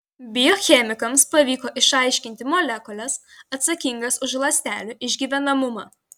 biochemikams pavyko išaiškinti molekules atsakingas už ląstelių išgyvenamumą